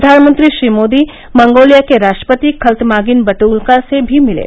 प्रधानमंत्री श्री मोदी मंगोलिया के राष्ट्रपति खल्तमागीन बट्टल्गा से भी मिले